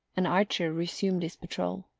and archer resumed his patrol.